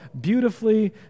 beautifully